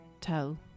tell